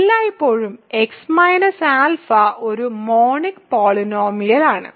എല്ലായ്പ്പോഴും x α ഒരു monic പോളിനോമിയലാണ്